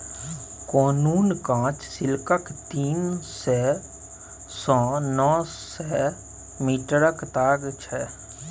cocoon काँच सिल्कक तीन सय सँ नौ सय मीटरक ताग छै